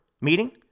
meeting